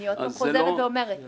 אני שוב חוזרת ואומרת -- סליחה,